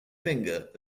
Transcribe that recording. finger